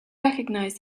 recognize